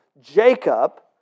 Jacob